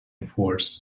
enforced